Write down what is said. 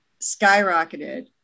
skyrocketed